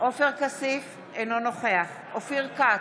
עופר כסיף, אינו נוכח אופיר כץ,